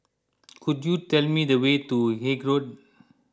could you tell me the way to Haig Road